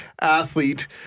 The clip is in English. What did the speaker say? athlete